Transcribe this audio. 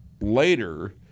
later